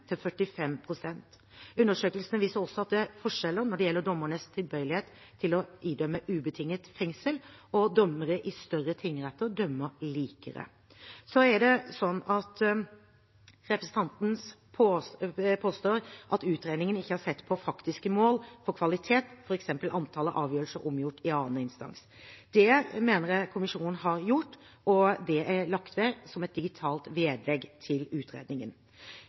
til 45 pst. Undersøkelsene viser også at det er forskjeller når det gjelder dommernes tilbøyelighet til å idømme ubetinget fengsel. Dommere i større tingretter dømmer likere. Representanten påstår at utredningen ikke har sett på faktiske mål for kvalitet, f.eks. antallet avgjørelser omgjort i annen instans. Det mener jeg kommisjonen har gjort, og det er lagt ved som et digitalt vedlegg til utredningen.